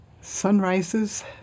Sunrises